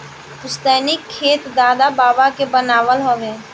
पुस्तैनी खेत दादा बाबा के बनावल हवे